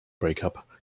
breakup